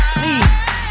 please